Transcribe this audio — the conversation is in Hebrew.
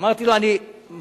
אמרתי לו: אני מכריע.